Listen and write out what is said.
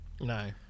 no